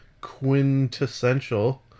quintessential